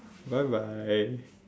bye bye